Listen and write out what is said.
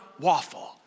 waffle